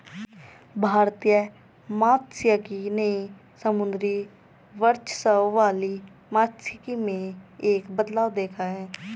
भारतीय मात्स्यिकी ने समुद्री वर्चस्व वाली मात्स्यिकी में एक बदलाव देखा है